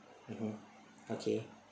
mmhmm okay